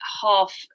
half